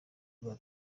bwa